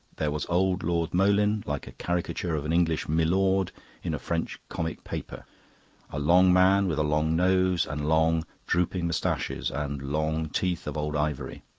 there was old lord moleyn, like a caricature of an english milord in a french comic paper a long man, with a long nose and long, drooping moustaches and long teeth of old ivory,